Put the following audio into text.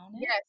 Yes